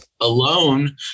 alone